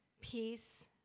peace